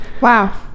Wow